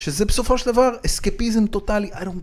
שזה בסופו של דבר אסקפיזם טוטאלי